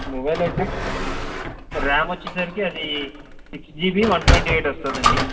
mobile అయితే RAM వచ్చేసరికి అది six GB one twenty eight వస్తుందండి